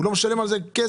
הוא לא משלם על זה כסף,